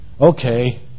okay